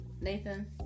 Nathan